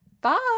Bye